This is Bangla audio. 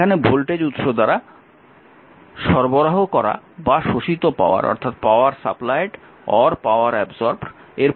এখানে ভোল্টেজ উৎস দ্বারা সরবরাহ করা বা শোষিত পাওরারের পরিমান নির্ধারণ করতে হবে